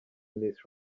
miss